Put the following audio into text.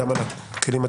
גם על הכלים הטכנולוגיים,